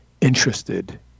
interested